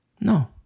No